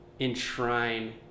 Enshrine